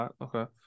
okay